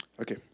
Okay